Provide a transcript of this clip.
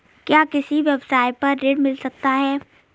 क्या किसी व्यवसाय पर ऋण मिल सकता है?